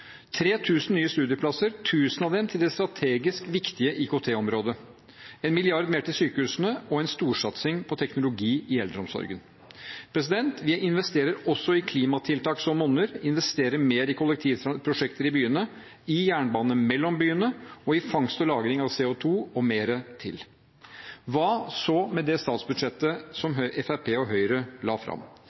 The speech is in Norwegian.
tusen nye studieplasser – tusen av dem til det strategisk viktige IKT-området – 1 mrd. kr mer til sykehusene og en storsatsing på teknologi i eldreomsorgen. Vi investerer også i klimatiltak som monner, vi investerer mer i kollektivprosjekter i byene, i jernbane mellom byene og i fangst og lagring av CO 2 og mer til. Hva så med det statsbudsjettet som Høyre og Fremskrittspartiet la fram?